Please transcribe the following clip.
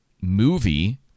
movie